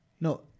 No